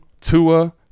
tua